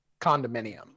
condominium